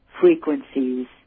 frequencies